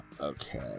Okay